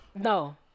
No